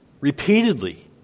repeatedly